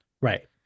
Right